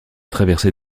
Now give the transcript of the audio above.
traversée